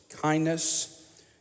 Kindness